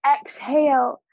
Exhale